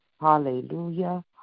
Hallelujah